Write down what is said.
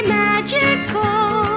magical